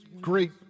great